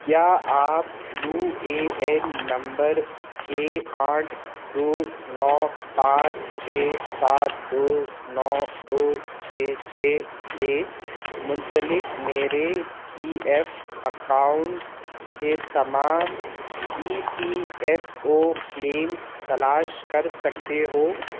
کیا آپ U A N نمبر چھ آٹھ دو نو پانچ چھ سات دو نو دو چھ چھ سے منسلک میرے پی ایف اکاؤنٹس کے تمام E P F O claims تلاش کر سکتے ہو